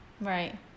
Right